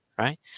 right